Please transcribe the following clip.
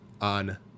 on